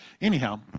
anyhow